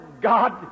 God